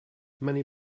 many